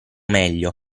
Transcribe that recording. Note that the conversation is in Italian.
meglio